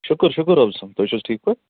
شُکر شُکر رُبس کُن تُہۍ چھُو حظ ٹھیٖک